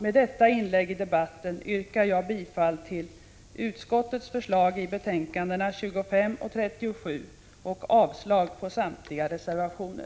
Med detta inlägg i debatten yrkar jag bifall till utskottets förslag i betänkandena 25 och 37 och avslag på samtliga reservationer.